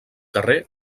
carrer